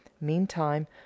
Meantime